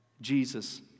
Jesus